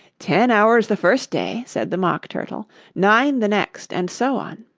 ten hours the first day said the mock turtle nine the next, and so on